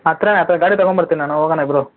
ಹತ್ರವೇ ಹತ್ರ ಗಾಡಿ ತಗೊಂಡು ಬರ್ತೀನಿ ನಾನು ಹೋಗೋಣ ಇಬ್ರೂ